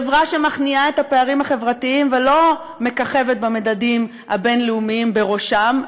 חברה שמכניעה את הפערים החברתיים ולא מככבת במדדים הבין-לאומיים בראשם,